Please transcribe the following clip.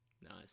nice